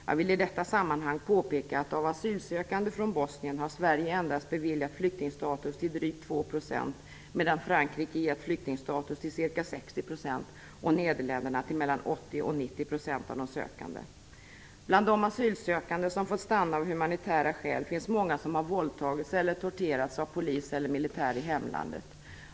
Jag vill i detta sammanhang påpeka att av asylsökande från Bosnien har Sverige beviljat flyktingstatus endast till drygt 2 % medan Frankrike gett flyktingstatus till ca 60 % och Nederländerna till mellan 80 och 90 % av de sökande. Bland de asylsökande som fått stanna av humanitära skäl finns många som våldtagits eller torterats av polis eller militär i hemlandet.